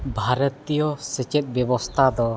ᱵᱷᱟᱨᱚᱛᱤᱭᱚ ᱥᱮᱪᱮᱫ ᱵᱮᱵᱚᱥᱛᱷᱟ ᱫᱚ